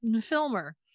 filmer